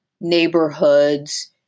neighborhoods